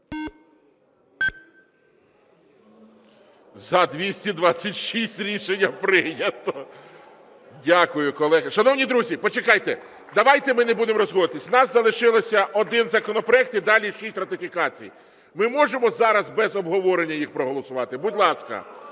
За-226 Рішення прийнято. Дякую, колеги. Шановні друзі, почекайте, давайте ми не будемо розходитися, у нас залишився один законопроект і далі шість ратифікацій. Ми можемо зараз без обговорення їх проголосувати, будь ласка,